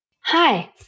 Hi